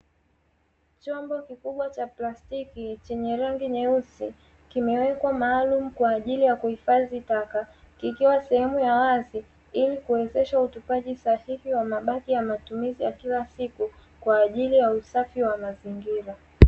Chombo kikubwa cha plastiki chenye rangi nyeusi, kimewekwa maalumu kwa ajili ya kuhifadhi taka, kikiwa sehemu ya wazi ili kuwezesha utupaji sahihi wa mabaki ya matumizi ya kila siku kwa ajili ya usafi wa mazingira.